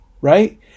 Right